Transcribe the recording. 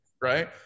right